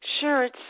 Sure